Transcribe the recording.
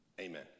Amen